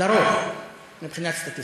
על-פי רוב, מבחינה סטטיסטית.